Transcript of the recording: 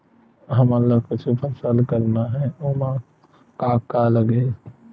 हमन ला कुछु फसल करना हे ओमा का का लगही?